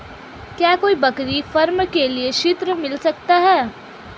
क्या कोई बकरी फार्म के लिए ऋण मिल सकता है?